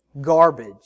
garbage